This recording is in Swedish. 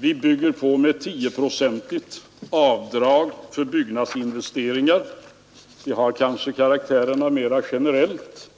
Vi fyller på med 10-procentigt avdrag för byggnadsinvesteringar — det har kanske karaktären av mera generellt